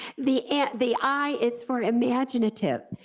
the and the i is for imaginative,